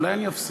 אולי אני אפסיק?